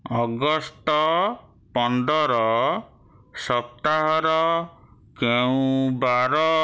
August ପନ୍ଦର ସପ୍ତାହର କେଉଁ ବାର